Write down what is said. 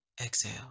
Exhale